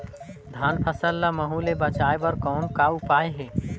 धान फसल ल महू ले बचाय बर कौन का उपाय हे?